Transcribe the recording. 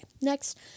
next